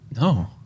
No